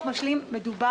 זה קבוצות לקידום בריאות.